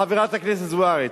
חברת הכנסת זוארץ,